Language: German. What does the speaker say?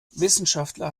wissenschaftler